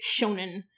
shonen